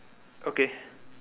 okay